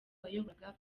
wayoboraga